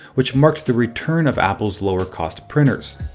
which marked the return of apple's lower cost printers.